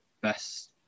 best